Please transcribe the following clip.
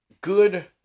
good